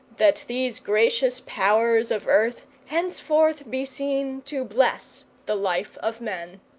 that these gracious powers of earth henceforth be seen to bless the life of men.